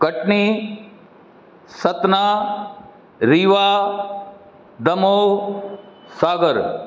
Katni Satna Rewa Damoh Sagar